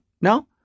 No